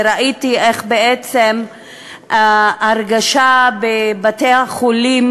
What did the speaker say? וראיתי איך בעצם ההרגשה בבתי-החולים,